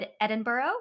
Edinburgh